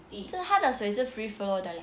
他的水是 free flow